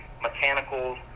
mechanicals